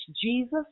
Jesus